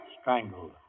Strangled